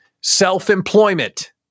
Self-employment